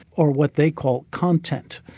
or what they call content.